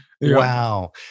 Wow